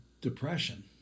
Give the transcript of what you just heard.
depression